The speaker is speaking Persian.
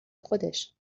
خودش